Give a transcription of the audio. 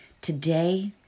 Today